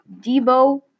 Debo